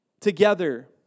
together